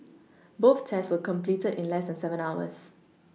both tests were completed in less than seven hours